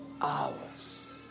Hours